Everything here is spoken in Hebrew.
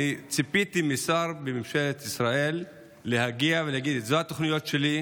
אני ציפיתי משר בממשלת ישראל להגיע ולהגיד: אלה התוכניות שלי,